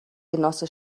genosse